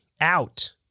out